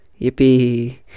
yippee